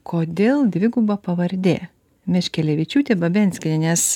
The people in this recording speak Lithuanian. kodėl dviguba pavardė meškelevičiūtė babenskienė nes